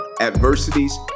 adversities